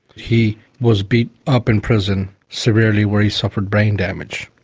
he was beat up in prison severely, where he suffered brain damage.